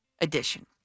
edition